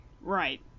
Right